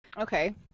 Okay